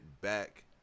back